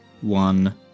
one